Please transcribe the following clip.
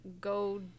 Go